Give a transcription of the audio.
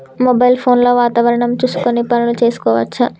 Mobile phone లో వాతావరణం చూసుకొని పనులు చేసుకోవచ్చా?